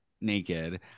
naked